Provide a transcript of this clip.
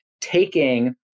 taking